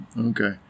Okay